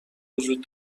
وجود